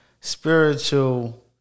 spiritual